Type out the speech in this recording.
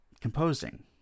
composing